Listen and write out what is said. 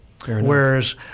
Whereas